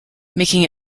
making